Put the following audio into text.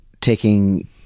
taking